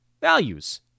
values